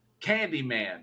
Candyman